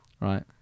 Right